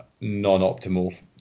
non-optimal